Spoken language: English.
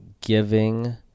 giving